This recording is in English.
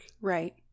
Right